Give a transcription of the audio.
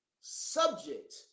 subject